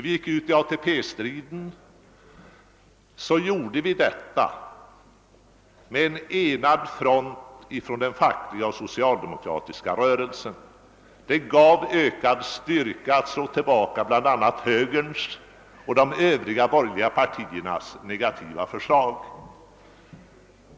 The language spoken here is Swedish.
I ATP-striden gick den fackliga och den socialdemokratiska rörelsen ut med en enad front. Det gav ökad styrka att slå tillbaka högerns och de övriga bor gerliga partiernas negativa förslag.